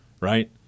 right